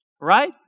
Right